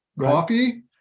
Coffee